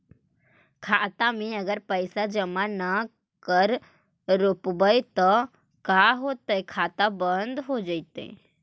खाता मे अगर पैसा जमा न कर रोपबै त का होतै खाता बन्द हो जैतै?